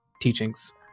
teachings